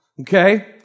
Okay